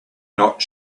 not